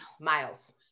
Miles